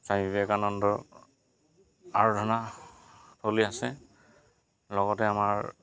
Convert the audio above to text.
স্বামী বিবেকানন্দৰ আৰাধনা স্থলী আছে লগতে আমাৰ